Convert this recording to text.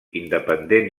independent